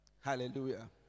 Hallelujah